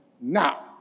Now